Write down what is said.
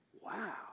Wow